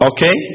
Okay